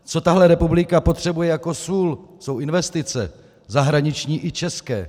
Co tahle republika potřebuje jako sůl, jsou investice zahraniční i české.